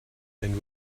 and